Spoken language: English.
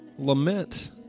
Lament